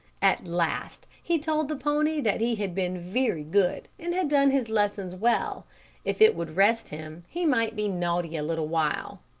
at last, he told the pony that he had been very good, and had done his lessons well if it would rest him, he might be naughty a little while.